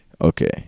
okay